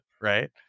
Right